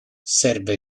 serve